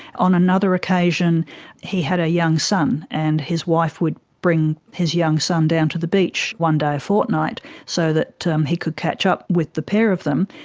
on another occasion he had a young son and his wife would bring his young son down to the beach one day a fortnight so that um he could catch up with the pair of them,